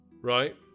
right